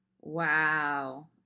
Wow